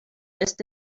just